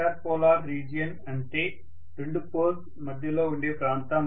inter polar region అంటే రెండు poles మధ్య లో ఉండే ప్రాంతం